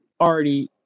already